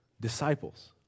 Disciples